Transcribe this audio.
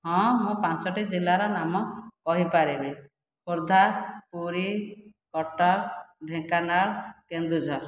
ହଁ ମୁଁ ପାଞ୍ଚଟି ଜିଲ୍ଲାର ନାମ କହିପାରିବି ଖୋର୍ଦ୍ଧା ପୁରୀ କଟକ ଢ଼େଙ୍କାନାଳ କେନ୍ଦୁଝର